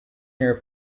near